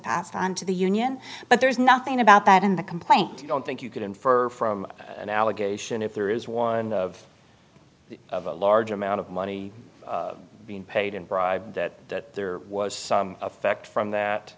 passed on to the union but there's nothing about that in the complaint i don't think you could infer from an allegation if there is one of the of a large amount of money being paid in bribes that there was some effect from